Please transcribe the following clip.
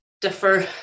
differ